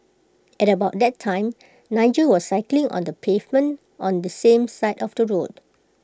at about that time Nigel was cycling on the pavement on the same side of the road